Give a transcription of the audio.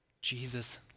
Jesus